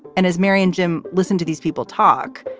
and as mary and jim, listen to these people talk.